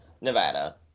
Nevada